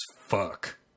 fuck